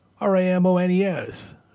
R-A-M-O-N-E-S